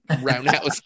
roundhouse